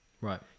Right